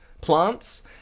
plants